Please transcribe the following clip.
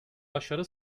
başarı